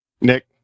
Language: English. Nick